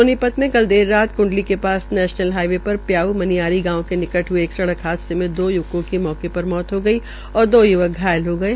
सोनीपत के कल देर रात क्ंडली के पास नैशनल हाइवे प्याऊ मनियारी गांव के निकट हये एक सड़क हादसे में दो य्वकों की मौके पर मौत हो गई और दो य्वक घायल हो गये